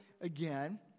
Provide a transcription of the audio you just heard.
again